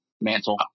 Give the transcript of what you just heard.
mantle